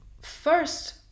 First